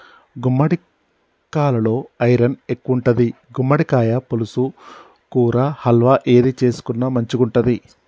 గుమ్మడికాలలో ఐరన్ ఎక్కువుంటది, గుమ్మడికాయ పులుసు, కూర, హల్వా ఏది చేసుకున్న మంచిగుంటది